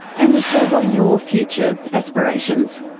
and so what are your future aspirations?